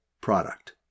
product